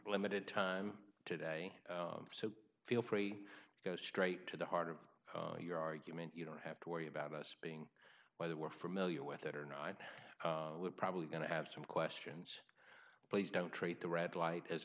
limited time today so feel free to go straight to the heart of your argument you don't have to worry about us being whether we're familiar with it or not i would probably going to have some questions please don't treat the red light as